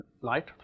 light